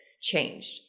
changed